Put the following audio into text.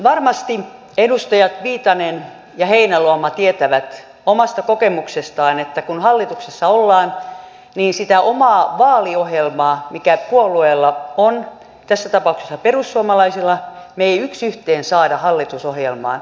varmasti edustajat viitanen ja heinäluoma tietävät omasta kokemuksestaan että kun hallituksessa ollaan niin sitä omaa vaaliohjelmaa mikä puolueella on tässä tapauksessa perussuomalaisilla me emme yksi yhteen saa hallitusohjelmaan